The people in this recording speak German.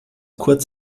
kurz